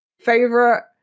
favorite